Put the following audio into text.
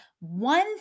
one